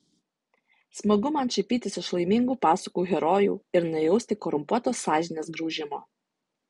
smagu man šaipytis iš laimingų pasakų herojų ir nejausti korumpuotos sąžinės graužimo